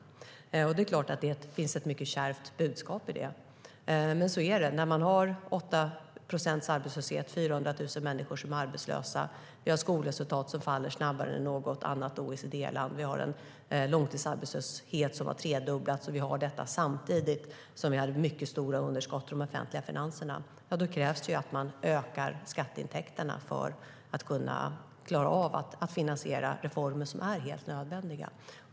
Det är klart att det finns ett mycket kärvt budskap i det, men så är det när man har 8 procents arbetslöshet och 400 000 människor som är arbetslösa. Vi har skolresultat som faller snabbare än i något annat OECD-land, och vi har en långtidsarbetslöshet som har tredubblats. Vi har detta samtidigt som vi hade mycket stora underskott i de offentliga finanserna. Då krävs det att man ökar skatteintäkterna för att klara av att finansiera reformer som är helt nödvändiga.